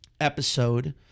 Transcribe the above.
episode